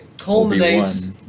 culminates